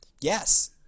Yes